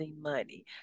money